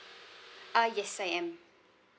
uh yes I am